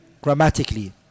Grammatically